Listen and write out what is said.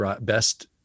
best